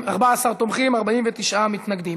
14 תומכים, 49 מתנגדים.